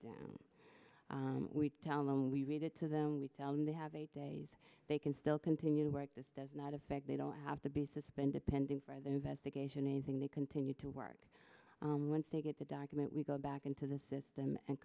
down we tell them we read it to them we tell them they have eight days they can still continue to work this does not affect they don't have to be suspended pending further investigation anything they continue to work once they get the document we go back into the system and